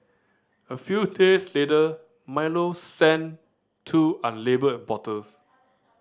a few days later Milo sent two unlabelled bottles